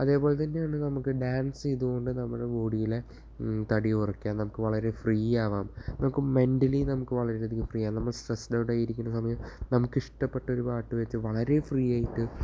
അതേപോലെ തന്നെയാണ് നമുക്ക് ഡാൻസ് ചെയ്തു കൊണ്ട് നമ്മുടെ ബോഡിയിലെ തടി കുറക്കാം നമുക്ക് ഫ്രീയാകാം നമുക്ക് മെൻറ്റലി നമുക്ക് വളരെയധികം ഫ്രീയാകാം നമ്മൾ സ്ട്രസ്ഡായിട്ടൊക്കെ ഇരിക്കുന്ന സമയത്ത് നമുക്ക് ഇഷ്ടപ്പെട്ടൊരു പാട്ട് വെച്ച് വളരെ ഫ്രീയായിട്ട്